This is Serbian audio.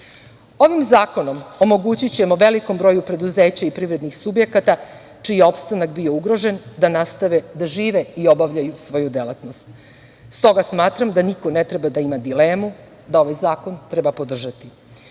zakonom omogućićemo velikom broju preduzeća i privrednih subjekata čiji je opstanak bio ugrožen da nastave da žive i obavljaju svoju delatnost.S toga smatram da niko ne treba da ima dilemu da ovaj zakon treba podržati,